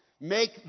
Make